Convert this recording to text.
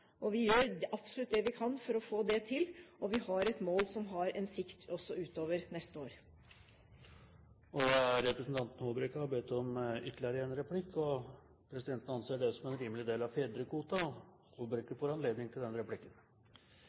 barna. Vi gjør absolutt det vi kan for å få det til, og vi har et mål som har en sikt også utover neste år. Representanten Øyvind Håbrekke har bedt om ytterligere en replikk. Presidenten anser det som en rimelig del av fedrekvoten, så Håbrekke får anledning til å få den replikken.